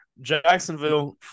Jacksonville